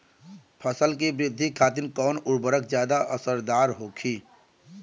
फसल के वृद्धि खातिन कवन उर्वरक ज्यादा असरदार होखि?